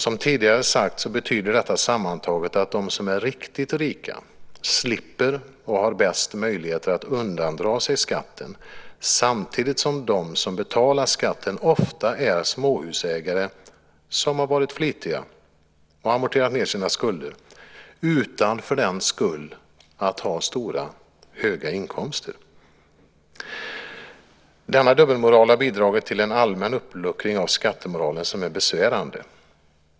Som tidigare sagts betyder detta sammantaget att de som är riktigt rika slipper och har bäst möjlighet att undandra sig skatten, samtidigt som de som betalar skatten ofta är småhusägare som har varit flitiga och amorterat ned sina skulder utan att för den skull ha stora eller höga inkomster. Denna dubbelmoral har bidragit till en allmän uppluckring av skattemoralen som är besvärande.